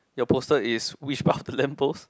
your poster is which part of the lamp post